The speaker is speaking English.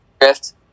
drift